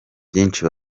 byinshi